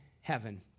heaven